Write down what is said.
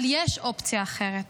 אבל יש אופציה אחרת.